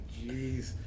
Jeez